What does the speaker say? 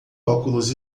óculos